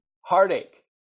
heartache